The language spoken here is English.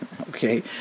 Okay